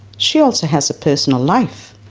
she also has a personal life.